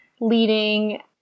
leading